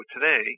today